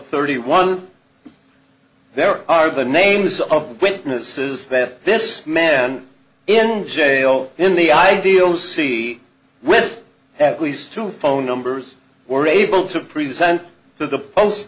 thirty one there are the names of witnesses that this man in jail in the ideal seat with at least two phone numbers were able to present to the post